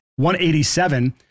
187